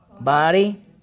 Body